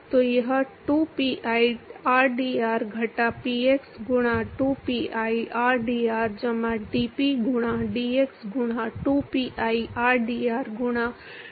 तो यह 2pi rdr घटा px गुणा 2pi rdr जमा dp गुणा dx गुणा 2pi rdr गुणा dx होगा